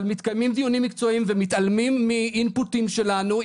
אבל מקיימים דיונים מקצועיים ומתעלמים מאינפוטים שלנו,